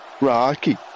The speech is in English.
Rocky